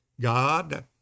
God